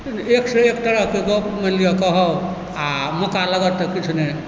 एकसँ एक तरहकेँ गप मानि लिअऽ कहब आ मौका लगत तऽ किछु नहि